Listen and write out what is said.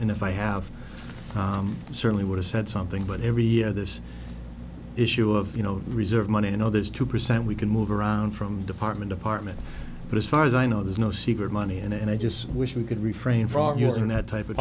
and if i have certainly would have said something but every year this issue of you know reserve money you know there's two percent we can move around from department apartment but as far as i know there's no secret money and i just wish we could refrain from using that type of